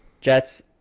Jets